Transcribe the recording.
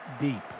deep